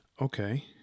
Okay